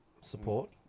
Support